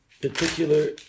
particular